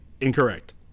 Incorrect